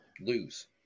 lose